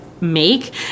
make